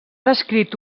descrit